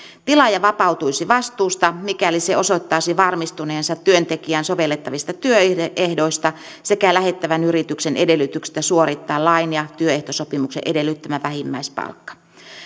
tilaaja vapautuisi vastuusta mikäli se osoittaisi varmistuneensa työntekijään sovellettavista työehdoista sekä lähettävän yrityksen edellytyksistä suorittaa lain ja työehtosopimuksen edellyttämä vähimmäispalkka